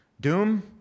Doom